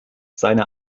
seine